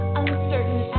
uncertain